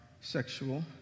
sexual